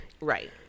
Right